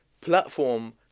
platform